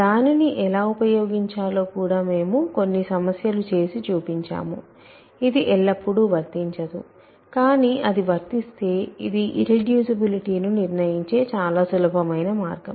దానిని ఎలా ఉపయోగించాలో కూడా మేము కొన్ని సమస్యలు చేసి చూపించాము ఇది ఎల్లప్పుడూ వర్తించదు కానీ అది వర్తిస్తే ఇది ఇర్రెడ్యూసిబులిటీ ను నిర్ణయించే చాలా సులభమైన మార్గం